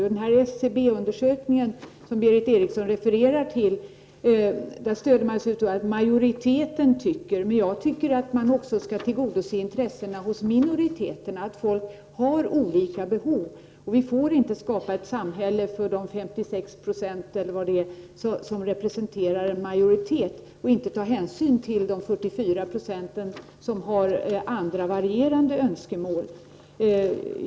SCB-undersökningen, som Berith Eriksson refererar till, visar vad majoriteten tycker, men jag anser att man också skall tillgodose minoritetens intresse. Folk har olika behov, och vi får inte skapa ett samhälle för de 56 % eller vad det är som utgör en majoritet och inte ta hänsyn till de 44 % som har andra och varierande önskemål.